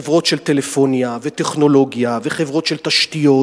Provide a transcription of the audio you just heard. חברות של טלפוניה וטכנולוגיה וחברות של תשתיות,